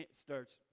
starts